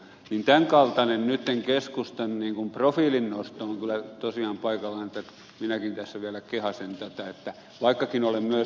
tämän kaltainen keskustan profiilin nosto nyt on kyllä tosiaan paikallaan että minäkin tässä vielä kehaisen tätä vaikkakin olen myös ed